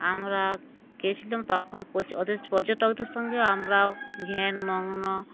আমরা গিয়েছিলাম তখন কোচ ওদের পর্যটকদের সঙ্গে আমরাও ধ্যানমগ্ন